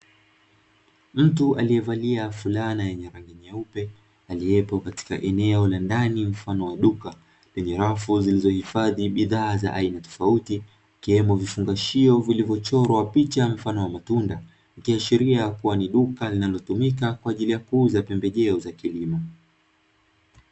Mtu aliyevalia fulana yenye rangi nyeupe aliyepo katika eneo la ndani mfano wa duka lenye rafu zilizohifadhi bidhaa za aina tofauti, ikiwemo vifungashio vilivyochorwa picha mfano wa matunda. Ikiashiria kuwa ni duka linalotumika kwa ajili ya kuuza pembejeo za kilimo.